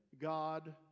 God